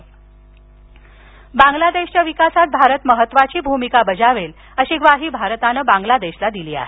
भारत बांगलादेश बांगलादेशच्या विकासात भारत महत्त्वाची भूमिका बजावेल अशी ग्वाही भारतानं बांगलादेशाला दिली आहे